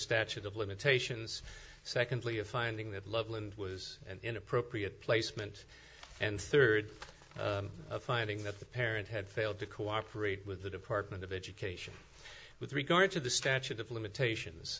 statute of limitations secondly a finding that loveland was an inappropriate placement and third of finding that the parent had failed to cooperate with the department of education with regard to the statute of